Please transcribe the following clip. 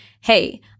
hey